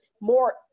more